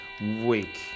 week